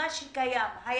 במה שקיים.